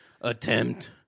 attempt